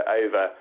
over